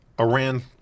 Iran